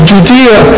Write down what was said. Judea